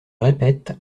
répète